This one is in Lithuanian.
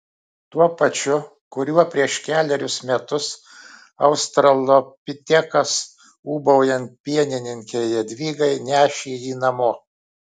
tuo pačiu kuriuo prieš kelerius metus australopitekas ūbaujant pienininkei jadvygai nešė jį namo